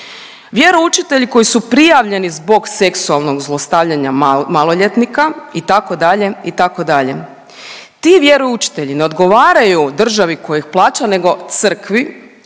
Vjeroučitelji koji su prijavljeni zbog seksualnog zlostavljanja maloljetnika itd. itd. Ti vjeroučitelji ne odgovaraju državi koja ih plaća, nego crkvi.